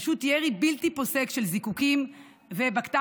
פשוט ירי בלתי פוסק של זיקוקים ובקת"בים,